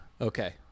Okay